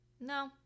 No